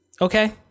okay